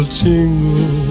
tingle